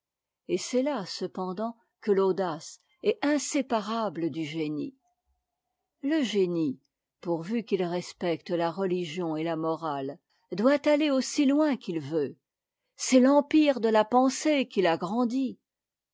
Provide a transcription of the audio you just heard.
et c'est là cependant que l'audace est inséparable du génie le génie pourvu qu'il respecte la religion et la morale doit aller aussi loin qu'il veut c'est l'empire de la pensée qu'il agrandit